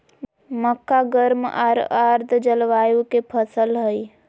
मक्का गर्म आर आर्द जलवायु के फसल हइ